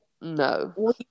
no